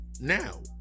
now